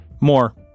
More